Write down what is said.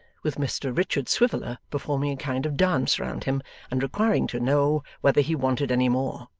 with mr richard swiveller performing a kind of dance round him and requiring to know whether he wanted any more